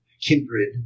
kindred